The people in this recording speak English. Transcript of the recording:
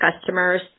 customers